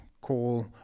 call